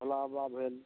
भोला बाबा भेल